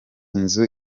inzu